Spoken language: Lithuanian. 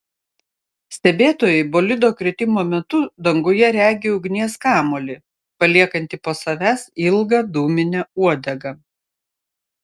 stebėtojai bolido kritimo metu danguje regi ugnies kamuolį paliekantį po savęs ilgą dūminę uodegą